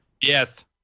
Yes